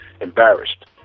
embarrassed